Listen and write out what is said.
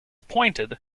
pointed